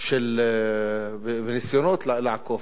וניסיונות לעקוף.